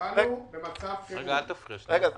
אנחנו באנו במצב חירום.